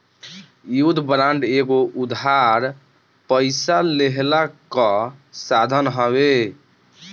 युद्ध बांड एगो उधार पइसा लेहला कअ साधन हवे